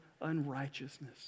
unrighteousness